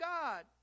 God